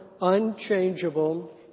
unchangeable